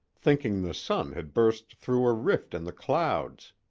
thinking the sun had burst through a rift in the clouds